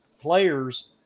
players